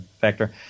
factor